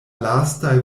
lastaj